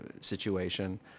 situation